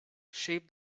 shape